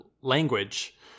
language